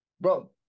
bro